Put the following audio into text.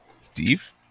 Steve